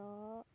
ᱛᱚ